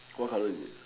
what colour is it